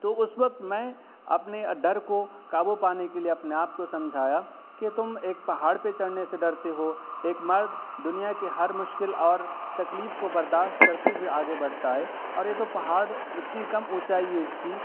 تو اس وقت میں اپنے ڈر کو قابو پانے کے لیے اپنے آپ کو میں سمجھایا کہ تم ایک پہاڑ پہ چڑھنے سے ڈرتے ہو ایک مرد دنیا کے ہر مشکل اور تکلیف کو برداشت کرتے ہوئے آگے بڑھتا ہے اور یہ تو پہاڑ اتنی کم اونچائی ہے اس کی